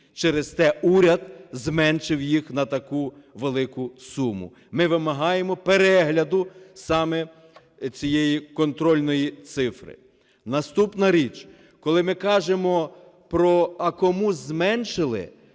через те уряд зменшив їх на таку велику суму. Ми вимагаємо перегляду саме цієї контрольної цифри. Наступна річ. Коли ми кажемо про "а кому зменшили",